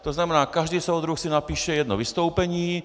To znamená, každý soudruh si napíše jedno vystoupení.